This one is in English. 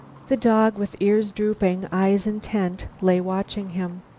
the dog, with ears dropping, eyes intent, lay watching him.